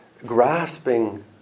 grasping